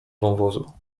wąwozu